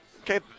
Okay